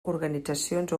organitzacions